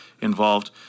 involved